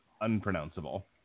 unpronounceable